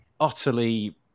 utterly